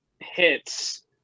hits